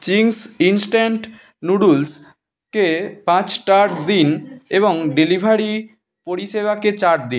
Ching's instant noodles কে পাঁচ star দিন এবং ডেলিভারি পরিষেবাকে চার দিন